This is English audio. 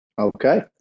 Okay